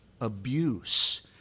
abuse